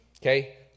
Okay